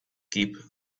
keep